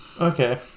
Okay